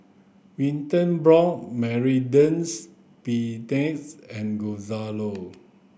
Wilton brought and Gonzalo